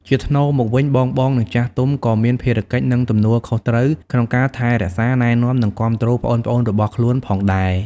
ជាថ្នូរមកវិញ បងៗ និងចាស់ទុំ ក៏មានភារកិច្ច និងទំនួលខុសត្រូវក្នុងការថែរក្សា ណែនាំ និងគាំទ្រប្អូនៗរបស់ខ្លួនផងដែរ។